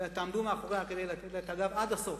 אלא תעמדו מאחוריה כדי לתת לה את הגב עד הסוף,